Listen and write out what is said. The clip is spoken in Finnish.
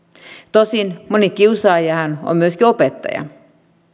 tosin moni kiusaajahan on myöskin opettaja